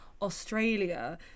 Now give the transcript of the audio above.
Australia